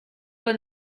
pas